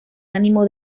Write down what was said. ánimo